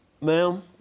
Ma'am